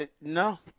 No